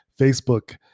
facebook